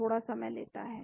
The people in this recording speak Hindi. थोड़ा समय लेता है